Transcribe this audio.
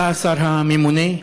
אתה השר הממונה.